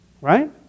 right